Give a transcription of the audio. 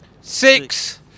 six